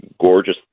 gorgeous